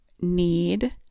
need